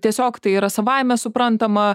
tiesiog tai yra savaime suprantama